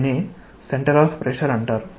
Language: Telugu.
దానిని సెంటర్ ఆఫ్ ప్రెషర్ అంటారు